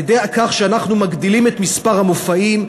על-ידי כך שאנחנו מגדילים את מספר המופעים,